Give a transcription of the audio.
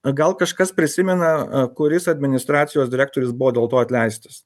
gal kažkas prisimena a kuris administracijos direktorius buvo dėl to atleistas